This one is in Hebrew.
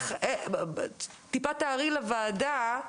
תתארי מעט לוועדה,